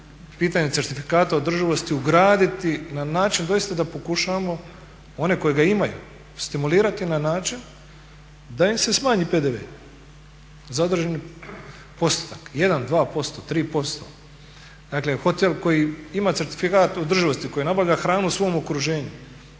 pitanje certifikata održivosti ugraditi na način doista da pokušavamo one koji ga imaju stimulirati na način da im se smanji PDV za određeni postotak, jedan, dva posto, tri posto. Dakle, hotel koji ima certifikat održivosti, koji nabavlja hranu u svom okruženju,